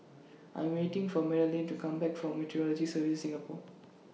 I'm waiting For Madelene to Come Back from Meteorology Services Singapore